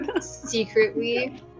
secretly